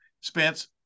Spence